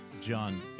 John